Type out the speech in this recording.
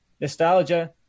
nostalgia